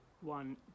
one